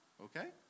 okay